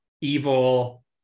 evil